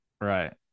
right